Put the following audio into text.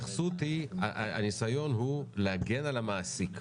הניסיון הוא להגן על המעסיק.